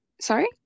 Sorry